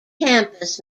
campus